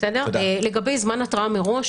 לגבי זמן התרעה מראש,